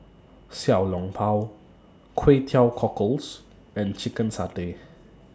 Xiao Long Bao Kway Teow Cockles and Chicken Satay